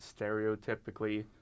stereotypically